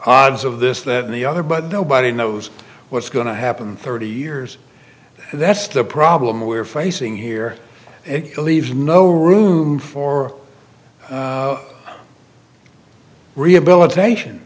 odds of this that and the other but nobody knows what's going to happen thirty years that's the problem we're facing here it leaves no room for rehabilitation